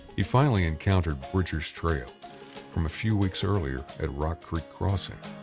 he finally encountered bridger's trail from a few weeks earlier at rock creek crossing.